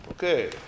Okay